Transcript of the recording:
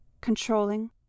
controlling